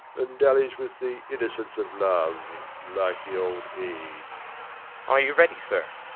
and dallies with the innocence of love, like the old age are you ready, sir?